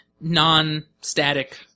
non-static